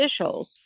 officials